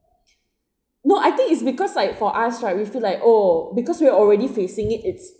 no I think it's because like for us right we feel like oh because we are already facing it it's